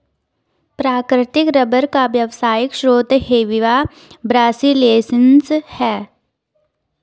प्राकृतिक रबर का व्यावसायिक स्रोत हेविया ब्रासिलिएन्सिस है